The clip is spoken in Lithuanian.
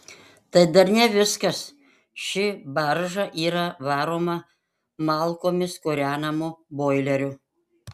tai dar ne viskas ši barža yra varoma malkomis kūrenamu boileriu